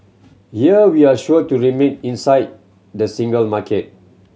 here we're sure to remain inside the single market